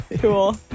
Cool